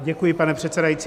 Děkuji, pane předsedající.